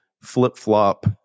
flip-flop